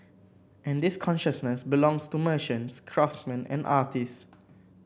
and this consciousness belongs to merchants craftsman and artist